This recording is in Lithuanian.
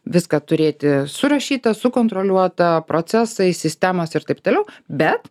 viską turėti surašyta sukontroliuota procesai sistemos ir taip toliau bet